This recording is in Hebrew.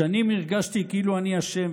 "שנים הרגשתי כאילו אני אשם,